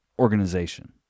organization